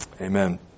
Amen